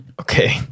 Okay